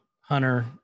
hunter